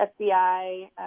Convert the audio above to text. FBI